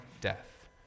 death